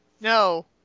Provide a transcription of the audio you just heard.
No